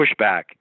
pushback